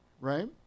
right